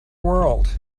world